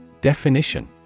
Definition